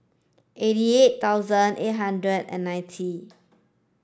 eighty eight thousand eight hundred and ninety